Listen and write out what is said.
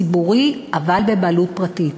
בית-חולים ציבורי אבל בבעלות פרטית.